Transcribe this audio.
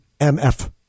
MF